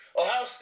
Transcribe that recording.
Ohio